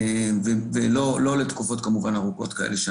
ולא לתקופות ארוכות כאלה כמובן,